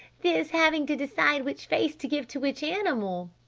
this having to decide which face to give to which animal!